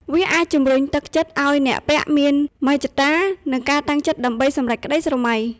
វាអាចជំរុញទឹកចិត្តឱ្យអ្នកពាក់មានមហិច្ឆតា និងការតាំងចិត្តដើម្បីសម្រេចក្តីស្រមៃ។